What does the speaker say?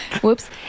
Whoops